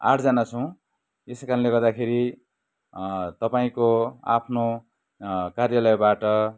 आठजना छौँ यसै कारणले गर्दाखेरि तपाईँको आफ्नो कार्यालयबाट